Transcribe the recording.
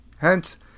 Hence